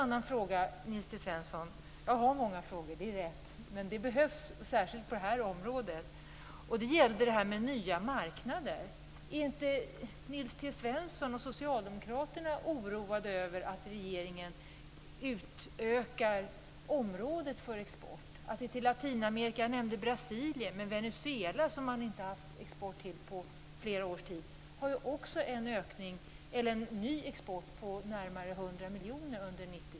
Det är rätt att jag har många frågor, men det behövs, särskilt på det här området. En fråga gällde de nya marknaderna. Är inte Nils T Svensson och socialdemokraterna oroade över att regeringen utökar området för export? Jag nämnde tidigare Brasilien. Till Venezuela, som man inte har exporterat till på flera års tid, har man under 1996 börjat med en ny export på närmare 100 miljoner.